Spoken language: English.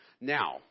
Now